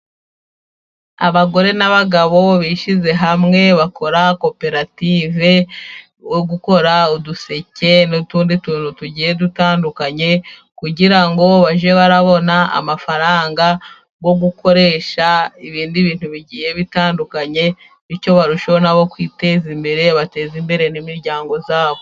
Abagore n'abagabo bishyize hamwe bakora koperative yo gukora uduseke n'utundi tugiye dutandukanye, kugira ngo bajye babona amafaranga yo gukoresha ibindi bintu bigiye bitandukanye, bityo barusheho nabo kwiteza imbere, bateze imbere n'imiryango yabo.